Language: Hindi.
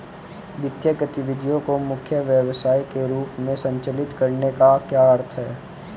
वित्तीय गतिविधि को मुख्य व्यवसाय के रूप में संचालित करने का क्या अर्थ है?